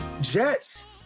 Jets